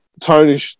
Tony